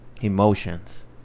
emotions